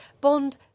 Bond